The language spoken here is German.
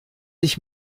ich